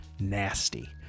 nasty